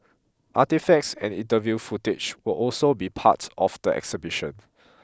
artefacts and interview footage will also be part of the exhibition